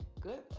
good